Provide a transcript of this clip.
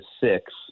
six